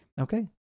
Okay